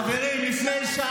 חבל, חבל.